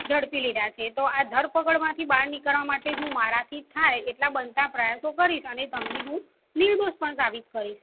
ઝડપી લીધા છે તો આ ધરપકડમાંથી બહાર નીકળવા માટે હું મારાથી થાય એટલા બનતા પ્રયાસો કરીશ અને તમને હું નિર્દોષ પણ સાબિત કરીશ